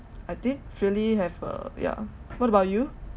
I did really have uh yeah what about you